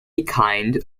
kind